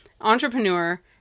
entrepreneur